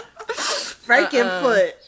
Frankenfoot